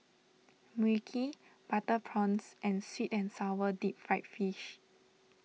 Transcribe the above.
Mui Kee Butter Prawns and Sweet and Sour Deep Fried Fish